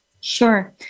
Sure